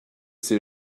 ses